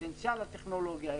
פוטנציאל הטכנולוגיה,